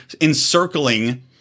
encircling